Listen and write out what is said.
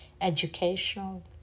educational